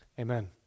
Amen